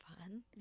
fun